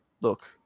look